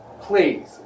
Please